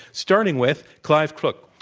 starting with clive crook.